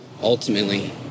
Ultimately